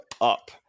up